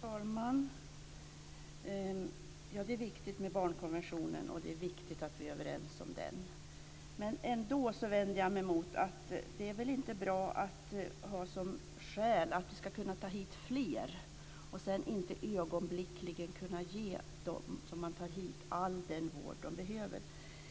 Fru talman! Det är viktigt med barnkonventionen och att vi är överens om den. Men det är väl inte bra att ha den som skäl för att vi ska kunna ta emot fler och sedan inte ögonblickligen kunna ge dem som vi tar emot all den vård som de behöver.